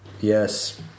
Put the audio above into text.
Yes